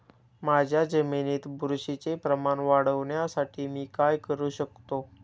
माझ्या जमिनीत बुरशीचे प्रमाण वाढवण्यासाठी मी काय करू शकतो?